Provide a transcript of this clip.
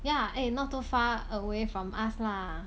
yeah eh not too far away from us lah